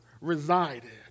resided